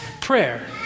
prayer